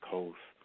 Coast